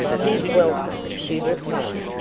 he's welcome, she replied.